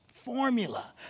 formula